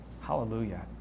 Hallelujah